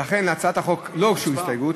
להצעת החוק לא הוגשו הסתייגויות.